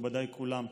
מכובדיי כולם,